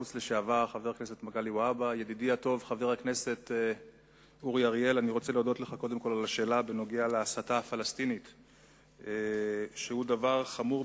חבר הכנסת אורי אריאל שאל את שר החוץ